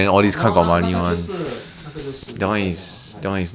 no 那个那个就是那个就是 different liao